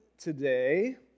today